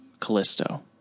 Callisto